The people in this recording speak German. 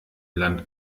land